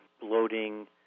bloating